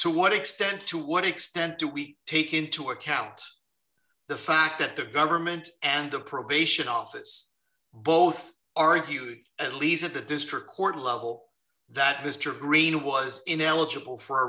to what extent to what extent do we take into account the fact that the government and the probation office both are if you at least at the district court level that mr green was ineligible for